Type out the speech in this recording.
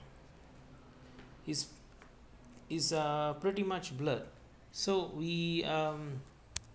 is is err pretty much blurred so we um